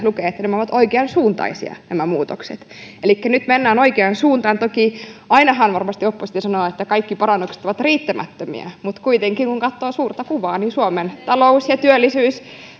lukee että nämä muutokset ovat oikeansuuntaisia elikkä nyt mennään oikeaan suuntaan toki ainahan varmasti oppositio sanoo että kaikki parannukset ovat riittämättömiä mutta kuitenkin kun katsoo suurta kuvaa suomen talous ja työllisyys